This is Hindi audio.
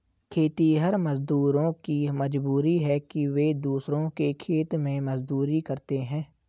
खेतिहर मजदूरों की मजबूरी है कि वे दूसरों के खेत में मजदूरी करते हैं